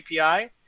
API